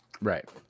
Right